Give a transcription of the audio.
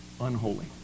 unholy